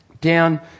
down